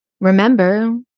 Remember